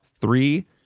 three